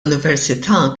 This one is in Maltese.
università